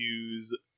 use